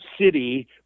city